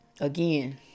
Again